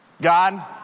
God